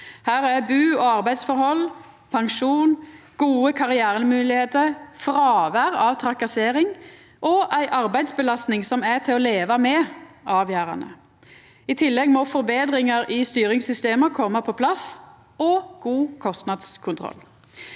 Her er bu- og arbeidsforhold, pensjon, gode karrieremoglegheiter, fråvær av trakassering og ei arbeidsbelastning som er til å leva med, avgjerande. I tillegg må forbetringar i styringssystema koma på plass – og god kostnadskontroll.